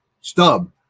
Stub